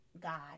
God